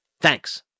Thanks